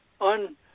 on